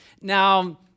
Now